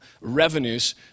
revenues